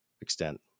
extent